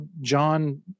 john